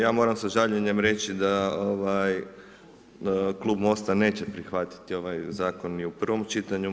Ja moram sa žaljenjem reći da Klub MOST-a neće prihvatiti ovaj zakon ni u prvom čitanju.